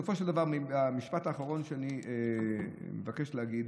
בסופו של דבר, המשפט האחרון שאני מבקש להגיד: